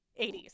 80s